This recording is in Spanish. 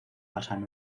pasan